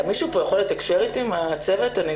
ויצ"ו